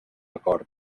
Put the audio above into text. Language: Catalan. acord